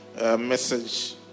message